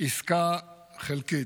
עסקה חלקית.